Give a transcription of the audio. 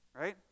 right